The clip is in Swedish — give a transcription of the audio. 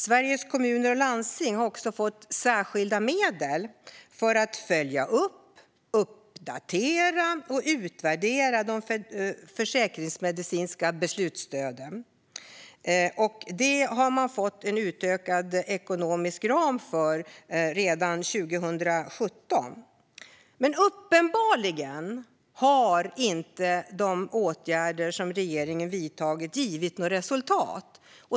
Sveriges Kommuner och Landsting har också fått särskilda medel för att följa upp, uppdatera och utvärdera de försäkringsmedicinska beslutsstöden. Det fick man en utökad ekonomisk ram för redan 2017. Uppenbarligen har inte de åtgärder som regeringen vidtagit gett något resultat.